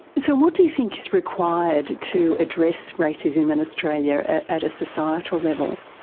so what do you think is required to address racism in australia at at a societal level?